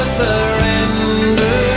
surrender